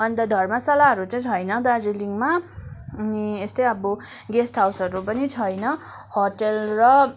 अन्त घर्मशालाहरू चाहिँ छैन दार्जिलिङमा अनि यस्तै अब गेस्ट हाउसहरू पनि छैन होटेल र